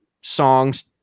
songs